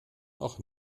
och